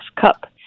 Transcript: cup